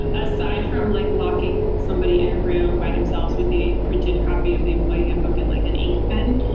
aside from like locking somebody in a room by themselves with the printed copy of the employee handbook and like an ink pen,